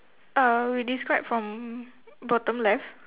uh describe from bottom left